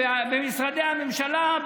במשרדי הממשלה,